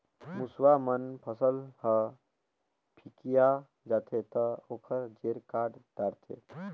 मूसवा मन फसल ह फिकिया जाथे त ओखर जेर काट डारथे